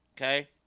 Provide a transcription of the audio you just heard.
Okay